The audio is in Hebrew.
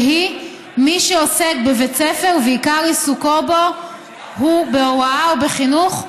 והיא: "מי שעוסק בבית ספר ועיקר עיסוקו בו הוא בהוראה או בחינוך,